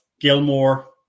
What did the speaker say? Gilmore